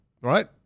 Right